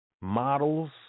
models